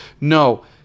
No